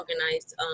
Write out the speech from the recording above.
organized